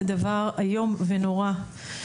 זה דבר איום ונורא.